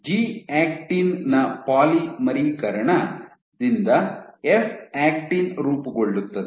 G actin ನ ಪಾಲಿಮರೀಕರಣ ದಿಂದ ಎಫ್ ಆಕ್ಟಿನ್ ರೂಪುಗೊಳ್ಳುತ್ತದೆ